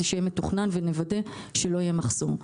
כדי שיהיה מתוכנן ונוודא שלא יהיה מחסור.